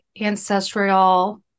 ancestral